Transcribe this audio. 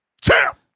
champ